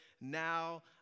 Now